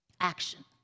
action